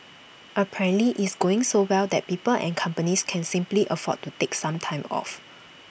apparently it's going so well that people and companies can simply afford to take some time off